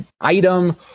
item